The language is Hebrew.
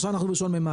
עכשיו אנחנו ב- 1 למאי.